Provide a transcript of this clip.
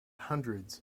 hundreds